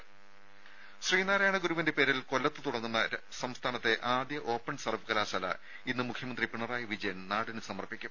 ദേഴ ശ്രീനാരായണ ഗുരുവിന്റെ പേരിൽ കൊല്ലത്ത് തുടങ്ങുന്ന സംസ്ഥാനത്തെ ആദ്യ ഓപ്പൺ സർവ്വകലാശാല ഇന്ന് മുഖ്യമന്ത്രി പിണറായി വിജയൻ നാടിന് സമർപ്പിക്കും